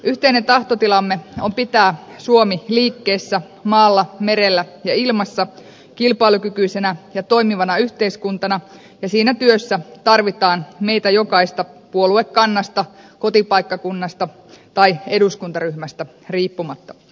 yhteinen tahtotilam me on pitää suomi liikkeessä maalla merellä ja ilmassa kilpailukykyisenä ja toimivana yhteiskuntana ja siinä työssä tarvitaan meitä jokaista puoluekannasta kotipaikkakunnasta tai eduskuntaryhmästä riippumatta